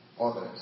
others